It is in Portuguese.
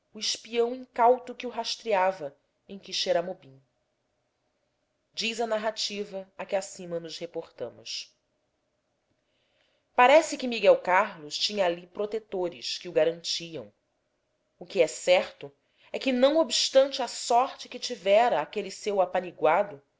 espião incauto que o rastreava em quixeramobim diz a narrativa a que acima nos reportamos parece que miguel carlos tinha ali protetores que o garantiam o que é certo é que não obstante a sorte que tivera aquele seu